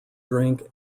drink